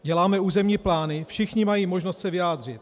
Děláme územní plány, všichni mají možnost se vyjádřit.